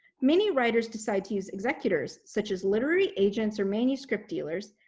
many writers decide to use executors, such as literary agents or manuscript dealers,